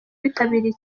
bitabiriye